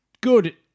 Good